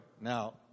now